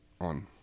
on